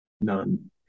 None